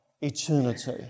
eternity